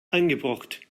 eingebrockt